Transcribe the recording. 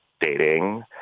dating